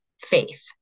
faith